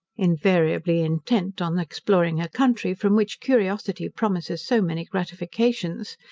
invariably intent on exploring a country, from which curiosity promises so many gratifications,